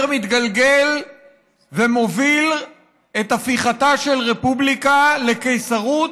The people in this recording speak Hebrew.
מתגלגל ומוביל את הפיכתה של הרפובליקה לקיסרות,